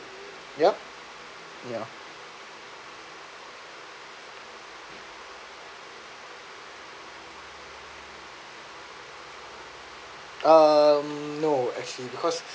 yup ya um no actually because